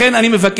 לכן אני מבקש,